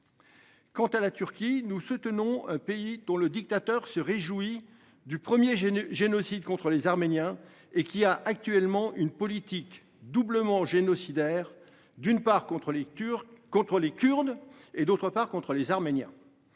Quant à la Turquie. Nous soutenons un pays dont le dictateur se réjouit du 1er jet génocide contre les Arméniens et qu'il a actuellement une politique doublement génocidaires. D'une part contre les turcs contre les Kurdes et d'autres par contre les Arméniens.